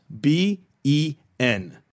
B-E-N